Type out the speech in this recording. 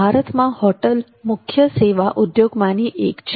ભારતમાં હોટેલ મુખ્ય સેવા ઉદ્યોગોમાની એક છે